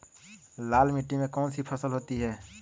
लाल मिट्टी में कौन सी फसल होती हैं?